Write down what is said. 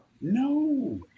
No